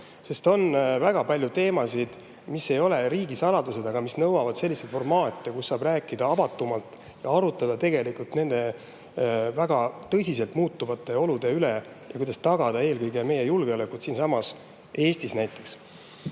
On väga palju teemasid, mis ei ole riigisaladused, aga mis nõuavad sellist formaati, kus saab rääkida avatumalt, arutada nende väga tõsiselt muutuvate olude üle ja selle üle, kuidas tagada eelkõige meie julgeolekut siinsamas Eestis.